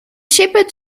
shepherd